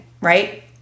right